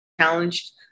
challenged